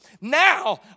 Now